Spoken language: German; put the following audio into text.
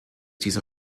dieser